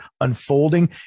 unfolding